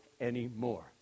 anymore